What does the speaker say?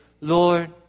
Lord